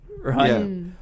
right